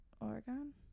Oregon